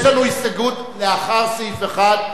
יש לנו הסתייגות לאחרי סעיף 1,